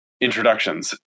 introductions